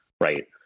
right